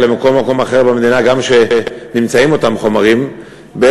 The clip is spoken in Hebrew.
אלא בכל מקום אחר במדינה שבו אותם חומרים נמצאים,